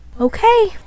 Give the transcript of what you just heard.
okay